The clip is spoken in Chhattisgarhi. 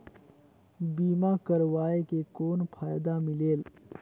बीमा करवाय के कौन फाइदा मिलेल?